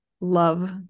love